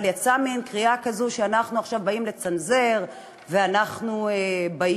אבל יצאה מין קריאה כזו שאנחנו עכשיו באים לצנזר ואנחנו באים